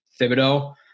Thibodeau